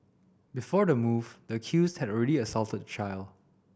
before the move the accused had already assaulted the child